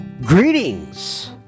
Greetings